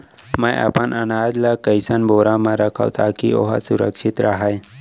मैं अपन अनाज ला कइसन बोरा म रखव ताकी ओहा सुरक्षित राहय?